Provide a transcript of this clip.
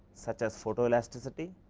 such as photo elasticity,